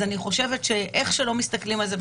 אז איך שמסתכלים על זה,